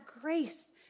grace